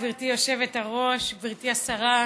גברתי היושבת-ראש, גברתי השרה,